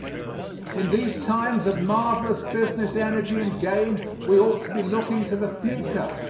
in these times of marvelous business energy and gain we ought to be looking to the future,